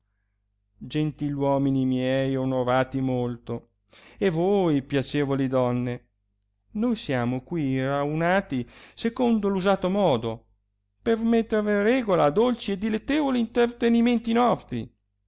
gentiluomini miei onorati molto e voi piacevoli donne noi siamo qui raunati secondo l'usato modo per mettere regola a dolci e dilettevoli intertenimenti nostri